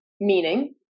Meaning